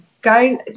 Guys